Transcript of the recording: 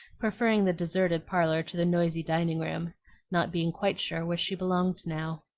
preferring the deserted parlor to the noisy dining-room not being quite sure where she belonged now.